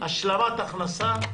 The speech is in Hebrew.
-- השלמת הכנסה,